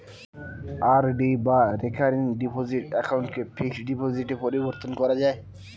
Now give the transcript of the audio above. RD বা recurring deposit অ্যাকাউন্টকে fixed ডিপোজিটে পরিবর্তন করা যায়